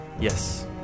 Yes